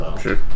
Sure